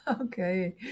Okay